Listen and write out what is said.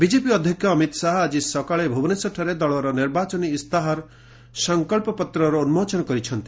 BJP ଅଧ୍ୟକ୍ଷ ଅମିତ ଶାହା ଆଜି ସକାଳେ ଭୁବନେଶ୍ୱରଠାରେ ଦଳର ନିର୍ବାଚନୀ ଇସ୍ତହାର ସଂକଳ୍ପତ୍ରର ଉନ୍ଜୋଚନ କରିଛନ୍ତି